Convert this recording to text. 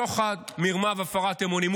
שוחד, מרמה והפרת אמונים.